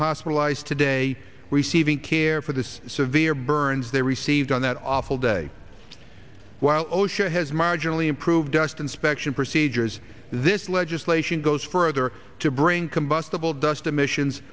hospitalized today receiving care for this severe burns they received on that awful day while osha has marginally improved dust inspection procedures this legislation goes further to bring combustible dust emissions